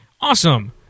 awesome